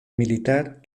militar